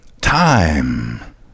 Time